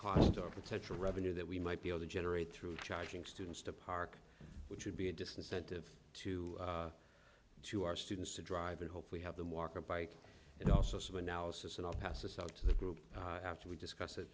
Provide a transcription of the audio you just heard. cost or potential revenue that we might be able to generate through charging students to park which would be a disincentive to do our students to drive and hope we have the market bike and also some analysis and i'll pass this out to the group after we discuss it